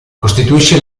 costituisce